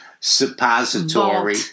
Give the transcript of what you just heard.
Suppository